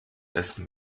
essen